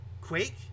Quake